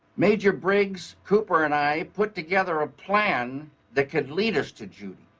major briggs, cooper, and i put together a plan that could lead us to judy.